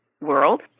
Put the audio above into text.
world